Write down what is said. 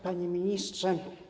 Panie Ministrze!